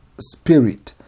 spirit